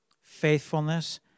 faithfulness